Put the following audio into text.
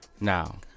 Now